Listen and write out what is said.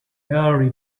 early